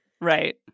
Right